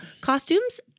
costumes